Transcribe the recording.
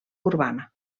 urbana